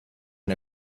and